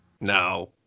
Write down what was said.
No